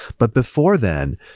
but before then,